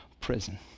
prison